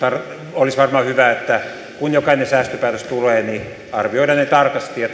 olisi varmaan hyvä että kun jokainen säästöpäätös tulee niin arvioidaan ne tarkasti ja